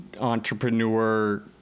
entrepreneur